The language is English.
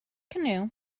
canoe